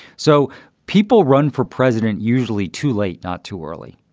so people run for president, usually too late, not too early.